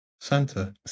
Santa